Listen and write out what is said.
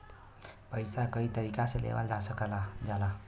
पइसा कई तरीका से लेवल जा सकल जाला